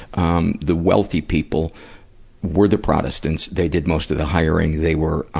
um, the wealthy people were the protestants. they did most of the hiring, they were, ah